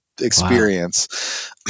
experience